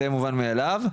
זה ברור מאליו.